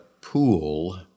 pool